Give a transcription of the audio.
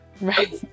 Right